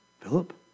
Philip